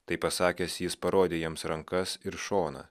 tai pasakęs jis parodė jiems rankas ir šoną